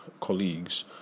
colleagues